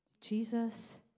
Jesus